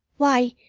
why,